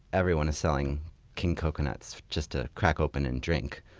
everyone is selling king coconuts just to crack open and drink.